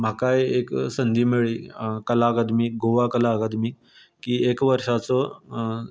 म्हाकाय एक संदी मेळी कला अकादमी गोवा कला अकादमी की एक वर्साचो